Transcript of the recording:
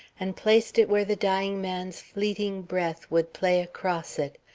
and placed it where the dying man's fleeting breath would play across it,